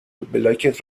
وبلاگت